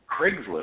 Craigslist